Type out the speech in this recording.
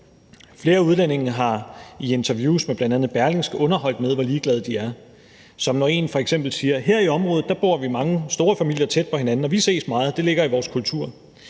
Flere udlændinge har i interviews med bl.a. Berlingske underholdt med, hvor ligeglade de er. Der er f.eks. en, der siger: »Her i området bor vi mange store familier tæt på hinanden, og vi ses meget. Det ligger i vores kultur.«